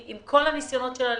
כל הניסיונות שלה